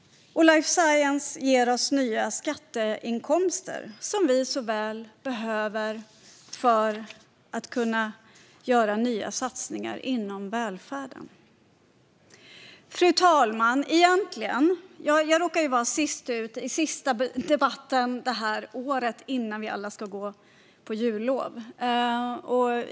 Life science ger oss nya skatteinkomster som vi så väl behöver för att kunna göra nya satsningar inom välfärden. Fru talman! Jag råkar vara sist ut i årets sista debatt innan vi alla ska gå på jullov.